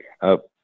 up